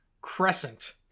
crescent